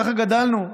ככה גדלנו,